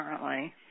currently